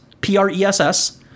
p-r-e-s-s